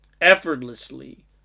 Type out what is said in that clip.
effortlessly